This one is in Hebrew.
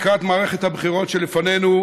לקראת מערכת הבחירות שלפנינו,